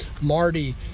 Marty